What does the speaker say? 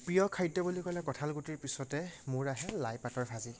প্ৰিয় খাদ্য বুলি ক'লে কঠালগুটিৰ পিছতে মোৰ আহে লাই পাতৰ ভাজি